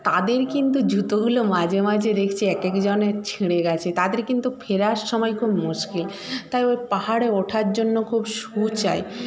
তাদের কিন্তু জুতোগুলো মাঝে মাঝে দেখছি এক একজনের ছিঁড়ে গেছে তাদের কিন্তু ফেরার সময় খুব মুশকিল তাই ওই পাহাড়ে ওঠার জন্য খুব শ্যু চাই